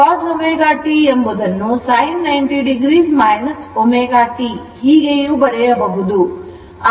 cos ω t ಎಂಬುದನ್ನು sin 90 o ω t ಹೀಗೆಯೂ ಬರೆಯಬಹುದು